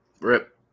Rip